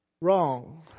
Wrong